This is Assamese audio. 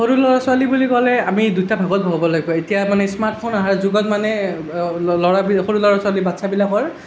সৰু লৰা ছোৱালী বুলি ক'লে আমি দুটা ভাগত ভগাব লাগিব এতিয়া মানে স্মাৰ্ট ফোন আহাৰ যুগত মানে ল'ৰা মানে সৰু ল'ৰা ছোৱালী বাতচাবিলাকৰ